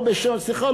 או סליחה,